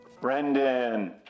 Brendan